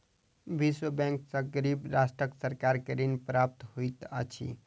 विश्व बैंक सॅ गरीब राष्ट्रक सरकार के ऋण प्राप्त होइत अछि